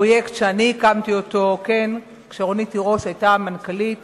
פרויקט שאני הקמתי אותו כשרונית תירוש היתה מנכ"לית